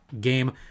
game